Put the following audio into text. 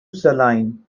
saline